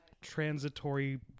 transitory